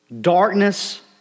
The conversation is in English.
Darkness